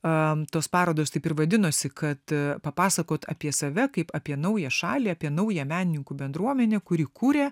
tos parodos taip ir vadinosi kad papasakot apie save kaip apie naują šalį apie naują menininkų bendruomenę kuri kūrė